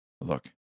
Look